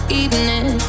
evening